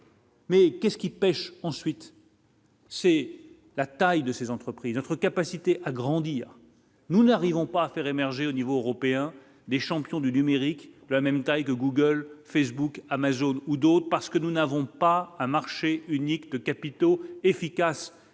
Mais qu'est-ce qui pêche ensuite. C'est la taille de ces entreprises, notre capacité à grandir, nous n'arrivons pas à faire émerger au niveau européen, les champions du numérique, la même taille que Google, Facebook, Amazon ou d'autres, parce que nous n'avons pas un marché unique de capitaux efficace